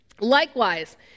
Likewise